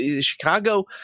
Chicago